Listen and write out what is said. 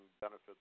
benefits